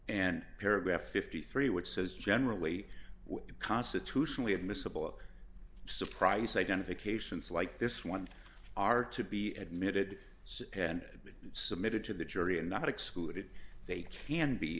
and paragraph fifty three dollars which says generally constitutionally admissible surprise identifications like this one are to be admitted and submitted to the jury and not excluded they can be